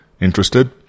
Interested